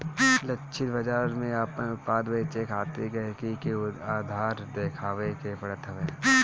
लक्षित बाजार में आपन उत्पाद बेचे खातिर गहकी के आधार देखावे के पड़त हवे